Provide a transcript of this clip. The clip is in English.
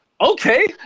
Okay